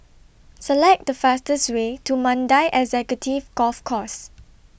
Select The fastest Way to Mandai Executive Golf Course